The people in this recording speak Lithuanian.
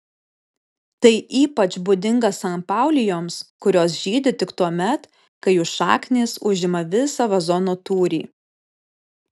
tai ypač būdinga sanpaulijoms kurios žydi tik tuomet kai jų šaknys užima visą vazono tūrį